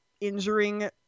injuring